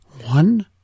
One